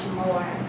more